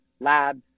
labs